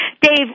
dave